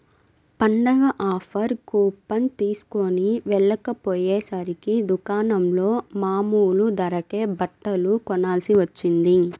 పండగ offer coupon తీస్కొని వెళ్ళకపొయ్యేసరికి దుకాణంలో మామూలు ధరకే బట్టలు కొనాల్సి వచ్చింది